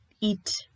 eat